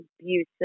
abusive